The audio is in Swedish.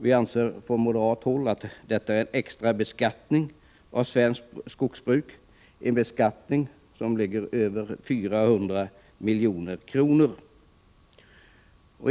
Vi moderater anser att det är en extra beskattning av svenskt skogsbruk, en beskattning på över 400 milj.kr.